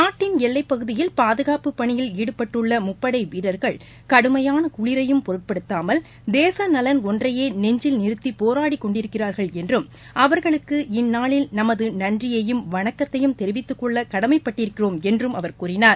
நாட்டின் எல்லைப் பகுதியில் பாதுகாப்புப் பணியில் ஈடுபட்டுள்ள முப்படை வீரர்கள் கடுமையான குளிரையும் பொருட்படுத்தாமல் தேச நவன் ஒன்றையே நெஞ்சில் நிறுத்தி போராடிக் கொண்டிருக்கிறார்கள் என்றும் அவர்களுக்கு இந்நாளில் நமது நன்றியையும் வணக்கத்தையும் தெரிவித்துக் கொள்ள கடமைப்பட்டிருக்கிறோம் என்றும் அவர் கூறினார்